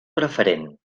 preferent